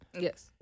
Yes